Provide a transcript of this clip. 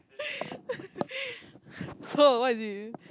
so what is it